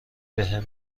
بهم